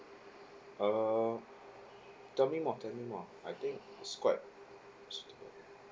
err tell me more tell me more I think it's quite it's